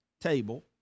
Table